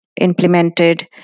implemented